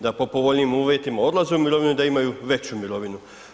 Da po povoljnijim uvjetima odlaze u mirovinu, da imaju veću mirovinu.